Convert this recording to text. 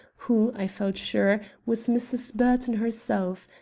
who, i felt sure, was mrs. burton herself.